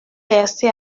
percé